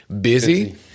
busy